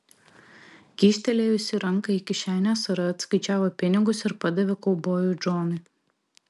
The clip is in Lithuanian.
kyštelėjusi ranką į kišenę sara atskaičiavo pinigus ir padavė kaubojui džonui